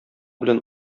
белән